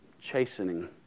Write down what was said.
chastening